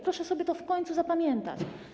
Proszę sobie to w końcu zapamiętać.